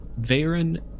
Varen